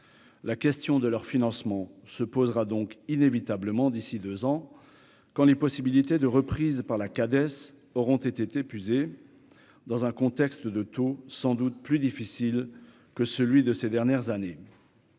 la question de leur financement se posera donc inévitablement d'ici 2 ans quand les possibilités de reprise par la qu'auront été épuisés dans un contexte de taux sans doute plus difficile que celui de ces dernières années.